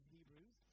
Hebrews